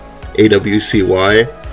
awcy